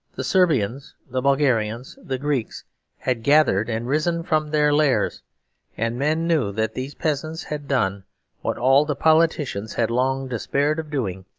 the serbians, the bulgarians, the greeks had gathered and risen from their lairs and men knew that these peasants had done what all the politicians had long despaired of doing,